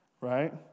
Right